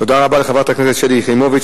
תודה רבה לחברת הכנסת שלי יחימוביץ.